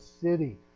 city